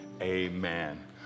Amen